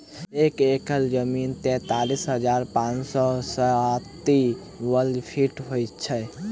एक एकड़ जमीन तैँतालिस हजार पाँच सौ साठि वर्गफीट होइ छै